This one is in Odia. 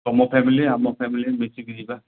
ତୁମ ଫ୍ୟାମିଲି ଆମ ଫ୍ୟାମିଲି ମିଶିକି ଯିବା